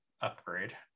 upgrade